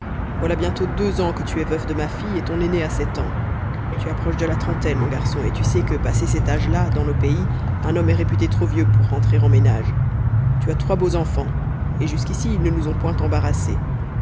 voilà bientôt deux ans que tu es veuf de ma fille et ton aîné a sept ans tu approches de la trentaine mon garçon et tu sais que passé cet âge-là dans nos pays un homme est réputé trop vieux pour rentrer en ménage tu as trois beaux enfants et jusqu'ici ils ne nous ont point embarrassés